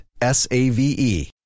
S-A-V-E